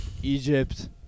Egypt